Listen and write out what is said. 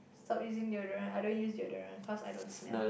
stop using deodorant I don't use deodorant cause I don't smell